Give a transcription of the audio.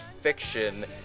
fiction